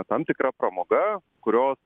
tam tikra pramoga kurios